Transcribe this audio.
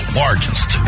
largest